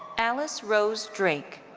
alice rose drake.